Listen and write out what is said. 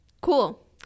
Cool